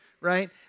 right